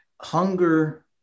hunger